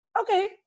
okay